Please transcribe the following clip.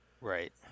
Right